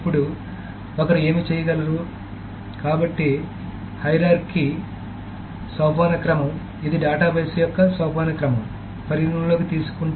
ఇప్పుడు ఒకరు ఏమి చేయగలరు కాబట్టి సోపానక్రమం ఇది డేటాబేస్ యొక్క సోపానక్రమం పరిగణనలోకి తీసుకుంటే